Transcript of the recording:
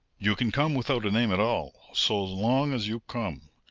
you can come without a name at all, so long as you come,